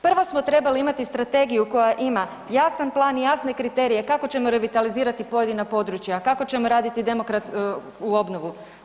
Prvo smo trebali imati strategiju koja ima jasan plan i jasne kriterije kako ćemo revitalizirati pojedina područja, kako ćemo raditi demokratsku obnovu.